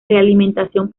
realimentación